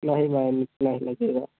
नहीं मैम इतना ही लगेगा